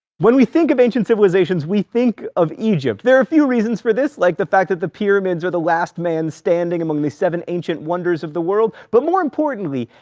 when we think of ancient civilizations, we think of egypt. there are a few reasons for this, like the fact that the pyramids are the last man standing among the seven ancient wonders of the world. but more importantly,